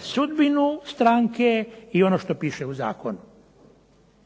sudbinu stranke i ono što piše u zakonu.